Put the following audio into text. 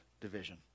division